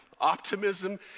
optimism